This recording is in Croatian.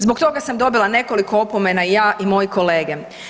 Zbog toga sam dobila nekoliko opomena i ja i moji kolege.